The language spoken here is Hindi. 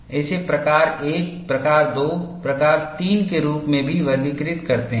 इसे प्रकार 1 प्रकार 2 प्रकार 3 के रूप में भी वर्गीकृत करते हैं